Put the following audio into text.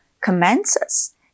commences